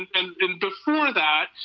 and before that,